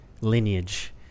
lineage